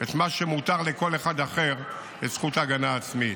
את מה שמותר לכל אחד אחר כזכות ההגנה העצמית.